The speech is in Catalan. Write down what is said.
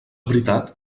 veritat